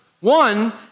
One